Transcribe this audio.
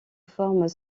forment